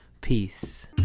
peace